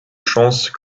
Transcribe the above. chance